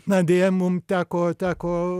na deja mum teko teko